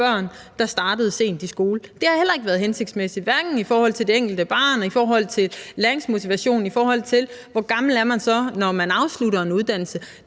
børn, der startede sent i skole. Det har heller ikke været hensigtsmæssigt, hverken i forhold til det enkelte barn eller i forhold til læringsmotivationen med hensyn til hvor gammel man så er, når man afslutter en uddannelse.